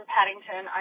Paddington